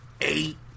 eight